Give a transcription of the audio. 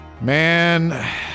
Man